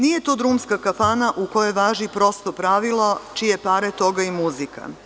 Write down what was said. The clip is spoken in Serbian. Nije to drumska kafana u kojoj važi prosto pravilo – čije pare, toga i muzika.